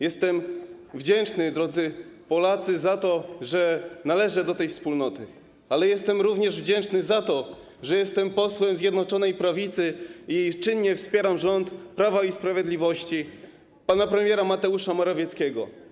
Jestem wdzięczny, drodzy Polacy, za to, że należę do tej wspólnoty, ale jestem również wdzięczny za to, że jestem posłem Zjednoczonej Prawicy i czynnie wspieram rząd Prawa i Sprawiedliwości, pana premiera Mateusza Morawieckiego.